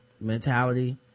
mentality